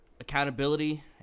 accountability